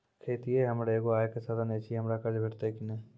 खेतीये हमर एगो आय के साधन ऐछि, हमरा कर्ज भेटतै कि नै?